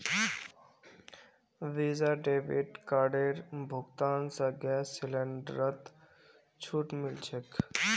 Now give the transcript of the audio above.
visa debit कार्डेर भुगतान स गैस सिलेंडरत छूट मिल छेक